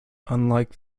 unlike